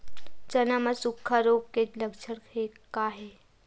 चना म सुखा रोग के लक्षण का हे?